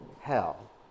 hell